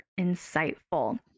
insightful